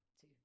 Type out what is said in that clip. two